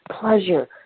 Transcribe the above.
pleasure